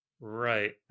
Right